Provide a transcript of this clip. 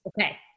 Okay